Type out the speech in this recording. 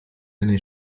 eine